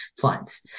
funds